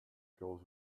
goes